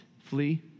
flee